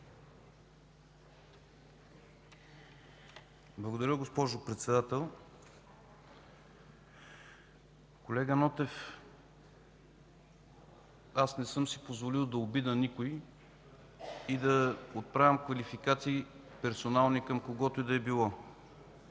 Благодаря, госпожо Председател! Колега Нотев, аз не съм си позволил да обидя никого и да отправям персонални квалификации към когото и да било.